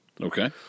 Okay